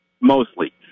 mostly